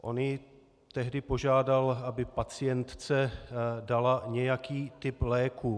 On ji tehdy požádal, aby pacientce dala nějaký typ léku.